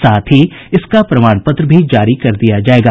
साथ ही इसका प्रमाण पत्र भी जारी कर दिया जायेगा